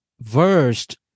versed